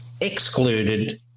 excluded